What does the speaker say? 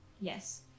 Yes